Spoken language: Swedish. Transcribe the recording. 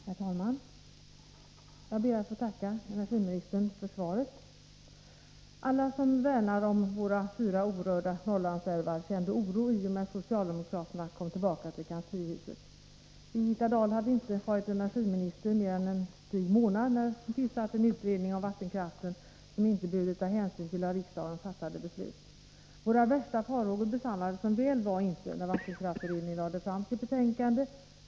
Herr talman! Jag ber att få tacka energiministern för svaret. Alla som värnar om våra fyra orörda Norrlandsälvar kände oro i och med att socialdemokraterna kom tillbaka till kanslihuset. Birgitta Dahl hade inte varit energiminister i mer än en dryg månad, när hon tillsatte en utredning om vattenkraften, som inte behövde ta hänsyn till av riksdagen fattade beslut. Våra värsta farhågor besannades som väl var inte, när vattenkraftberedningen lade fram sitt betänkande.